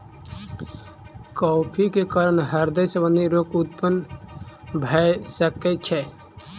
coffee के कारण हृदय संबंधी रोग उत्पन्न भअ सकै छै